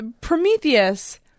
Prometheus